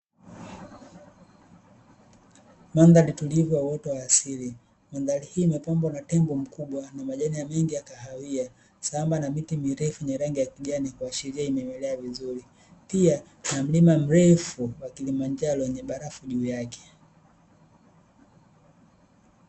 Mandhari tulivu ya uoto wa asili, mandhari hii imepambwa na tembo mkubwa na majani mengi ya kahawia sambamba na miti mirefu yenye rangi ya kijani kuashiria imemea vizuri pia na mlima mrefu wa kilimanjaro wenye barafu juu yake.